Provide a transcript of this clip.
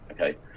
Okay